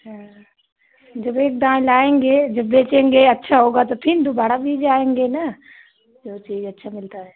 अच्छा जब एक दाँव लाएँगे जब बेचेंगे अच्छा होगा तो फिर दुबारा भी जाएँगे ना जो चीज़ अच्छी मिलती है